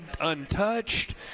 untouched